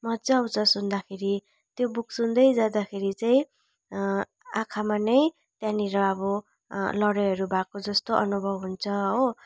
मजा आउँछ सुन्दाखेरि त्यो बुक सुन्दै जाँदा फेरि चाहिँ आँखामा नै त्यहाँनिर अब लडाइँहरू भएको जस्तो अनुभव हुन्छ हो